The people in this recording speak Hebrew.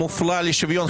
המשרד לביטחון פנים,